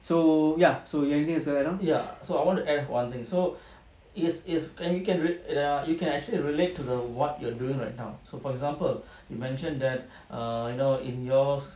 ya so I want to add one thing so is is you can err you can actually relate to the what you're doing right now so for example you mentioned that err you know in your